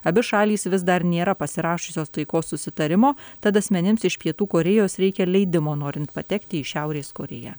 abi šalys vis dar nėra pasirašiusios taikos susitarimo tad asmenims iš pietų korėjos reikia leidimo norint patekti į šiaurės korėją